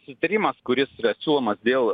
sutarimas kuris yra siūlomas dėl